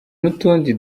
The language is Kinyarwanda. n’utundi